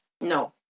No